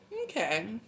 Okay